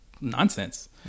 nonsense